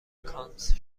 کانس